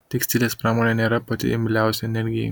tekstilės pramonė nėra pati imliausia energijai